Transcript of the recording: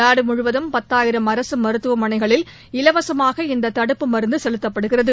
நாடுமுவதும் பத்தாயிரம் அரசுமருத்துவமனைகளில் இலவசமாக இந்ததடுப்பு மருந்துசெலுத்தப்படுகிறது